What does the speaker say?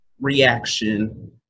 reaction